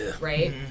Right